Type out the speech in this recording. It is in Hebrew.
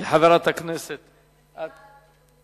זה רעיון לא רע.